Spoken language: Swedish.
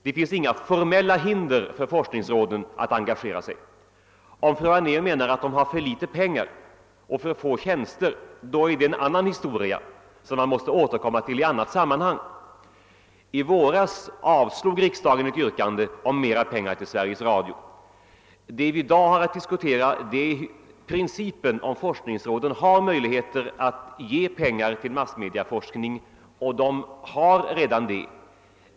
Det finns inga formella hinder för forskningsråden att engagera sig. Om fru Anér menar att de har för litet pengar och för få tjänster, så är det en historia som vi måste återkomma till i annat sammanhang. Det vi i dag har att diskutera är principen, om forskningsråden har möjligheter att ge pengar till massmediaforskning, och det har de redan.